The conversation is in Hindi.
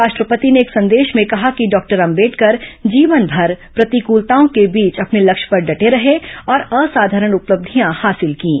राष्ट्रपति ने एक संदेश में कहा कि डॉक्टर अंबेडकर जीवनभर प्रतिकूलताओं के बीच अपने लक्ष्य पर डटे रहे और असाधारण उपलब्धियां हासिल कीं